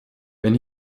wenn